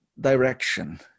direction